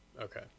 Okay